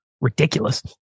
Ridiculous